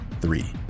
Three